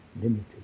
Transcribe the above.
limited